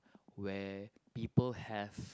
where people have